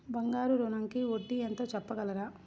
బంగారు ఋణంకి వడ్డీ ఎంతో చెప్పగలరా?